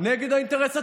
נגד האינטרס הציוני,